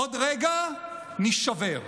עוד רגע נישבר,